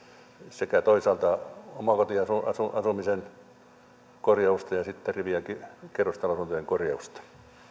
sekä omakotiasumisen että sitten rivi ja kerrostalokotien korjausta